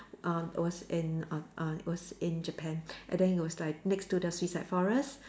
uh it was in uh uh it was in Japan and then it was like next to the suicide forest